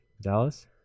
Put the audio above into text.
Dallas